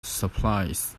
supplies